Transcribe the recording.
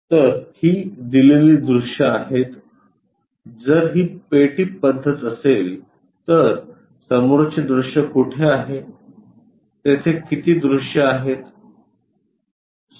तर ही दिलेली दृश्ये आहेत जर ही पेटी पद्धत असेल तर समोरचे दृश्य कुठे आहे तेथे किती दृश्ये आहेत